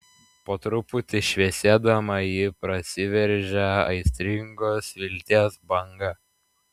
po truputį šviesėdama ji prasiveržia aistringos vilties banga